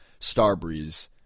Starbreeze